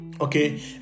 Okay